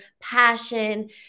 passion